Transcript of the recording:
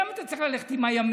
למה אתה צריך ללכת עם הימין?